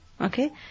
okay